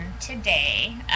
today